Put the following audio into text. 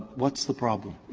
what's the problem?